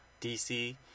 DC